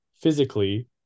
physically